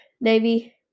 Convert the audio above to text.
Navy